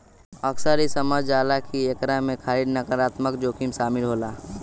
अक्सर इ समझल जाला की एकरा में खाली नकारात्मक जोखिम शामिल होला